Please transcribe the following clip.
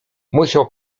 musiał